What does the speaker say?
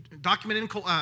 documented